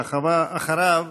ואחריו,